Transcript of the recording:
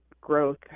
growth